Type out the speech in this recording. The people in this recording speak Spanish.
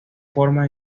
forma